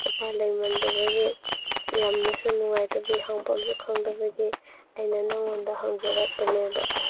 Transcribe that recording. ꯎꯄꯥꯏ ꯂꯩꯃꯟꯗꯕꯒꯤ ꯌꯥꯝꯅꯁꯨ ꯅꯨꯡꯉꯥꯏꯇꯕꯤ ꯍꯪꯐꯝꯁꯨ ꯈꯪꯗꯕꯒꯤ ꯑꯩꯅ ꯅꯪꯉꯣꯟꯗ ꯍꯪꯖꯔꯛꯄꯅꯦꯕ